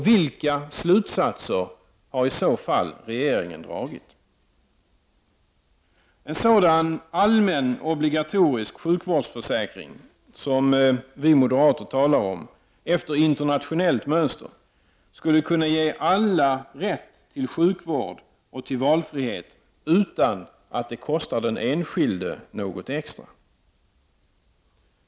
Vilka slutsatser har regeringen i så fall dragit? En sådan allmän obligatorisk sjukvårdsförsäkring efter internationellt mönster som vi moderater talar om, skulle kunna ge alla rätt till sjukvård och till valfrihet, utan att det kostar den enskilde något extra.